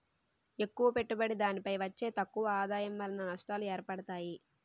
ఎక్కువ పెట్టుబడి దానిపై వచ్చే తక్కువ ఆదాయం వలన నష్టాలు ఏర్పడతాయి